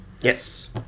Yes